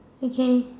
okay